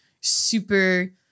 super